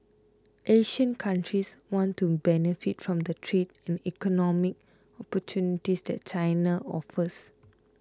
Asian countries want to benefit from the trade and economic opportunities that China offers